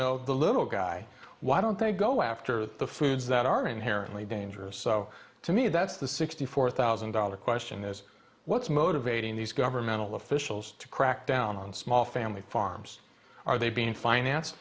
know the little guy why don't they go after the foods that are inherently dangerous so to me that's the sixty four thousand dollar question is what's motivating these governmental officials to crack down on small family farms are they being financed